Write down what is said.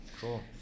Cool